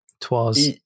Twas